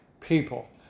people